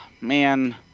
man